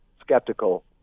skeptical